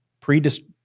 pre